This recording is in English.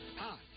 Hi